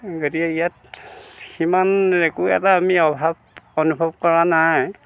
গতিকে ইয়াত সিমান একো এটা আমি অভাৱ অনুভৱ কৰা নাই